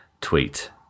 tweet